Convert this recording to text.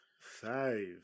Five